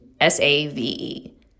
S-A-V-E